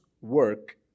work